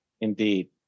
Indeed